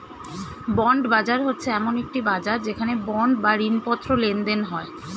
bond বাজার হচ্ছে এমন একটি বাজার যেখানে বন্ড বা ঋণপত্র লেনদেন হয়